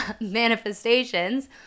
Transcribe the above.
manifestations